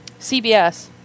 CBS